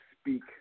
speak